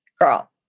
girl